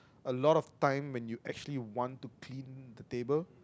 a lot of time when you actually want to clean the table